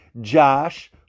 Josh